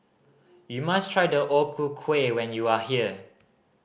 you must try the O Ku Kueh when you are here